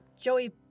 Joey